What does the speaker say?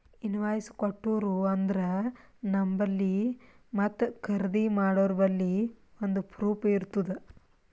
invoice ಕೊಟ್ಟೂರು ಅಂದ್ರ ನಂಬಲ್ಲಿ ಮತ್ತ ಖರ್ದಿ ಮಾಡೋರ್ಬಲ್ಲಿ ಒಂದ್ ಪ್ರೂಫ್ ಇರ್ತುದ್